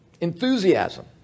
Enthusiasm